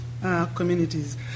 communities